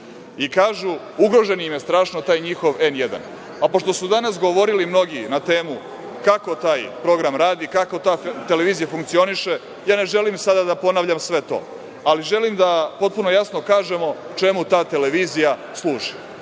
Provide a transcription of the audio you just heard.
im je ugrožen strašno taj njihov N1, a pošto su danas govorili mnogi na temu kako taj program radi, kako ta televizija funkcioniše, ne želim sada da ponavljam sve to, ali želim potpuno jasno da kažemo čemu ta televizija služi. Ta